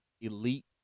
elite